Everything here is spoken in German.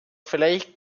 vielleicht